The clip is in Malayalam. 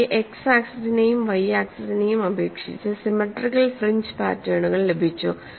എനിക്ക് x ആക്സിനെയും y ആക്സിനെയും അപേക്ഷിച്ച് സിമെട്രിക്കൽ ഫ്രിഞ്ച് പാറ്റേണുകൾ ലഭിച്ചു